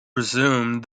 resumed